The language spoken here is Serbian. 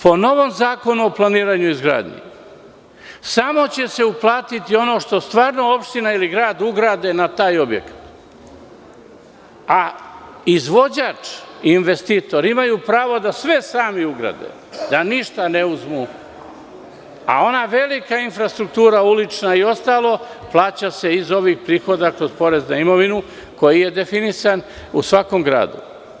Po novom Zakonu o planiranju i izgradnji samo će se uplatitiono što zaista opština ili grad ugrade na taj objekat, a izvođač i investitor imaju pravo da sve sami ugrade, da ništa ne uzmu, a ona velika infrastruktura ulična i ostalo, plaća se iz ovih prihoda kroz porez na imovinu, koji je definisan u svakomgradu.